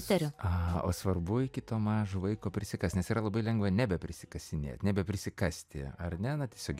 a o svarbu iki to mažo vaiko prisikast nes yra labai lengva neprisikasinėt nebeprisikasti ar ne na tiesiog